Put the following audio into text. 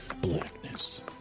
Blackness